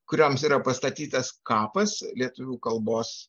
kurioms yra pastatytas kapas lietuvių kalbos